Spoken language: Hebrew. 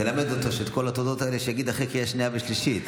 תלמד אותו שאת כל התודות האלה יגיד אחרי קריאה שנייה ושלישית.